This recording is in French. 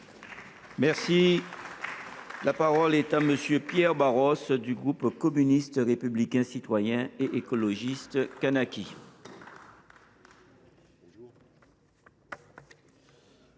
votera. La parole est à M. Pierre Barros, pour le groupe Communiste Républicain Citoyen et Écologiste – Kanaky.